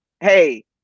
hey